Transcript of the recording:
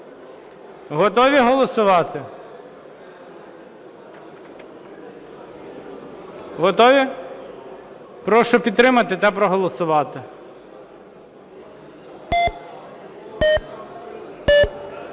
Готові голосувати? Готові? Прошу підтримати та проголосувати.